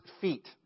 feet